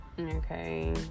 Okay